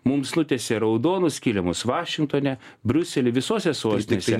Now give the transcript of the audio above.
mums nutiesė raudonus kilimus vašingtone briuselyje visose su sostinėse